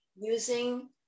using